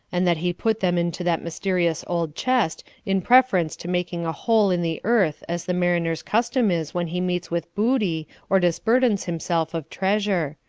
and that he put them into that mysterious old chest in preference to making a hole in the earth as the mariner's custom is when he meets with booty or disburdens himself of treasure.